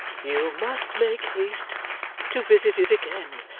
you must make haste to visit it again,